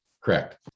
Correct